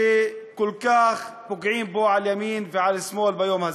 שכל כך פוגעים בו על ימין ועל שמאל ביום הזה.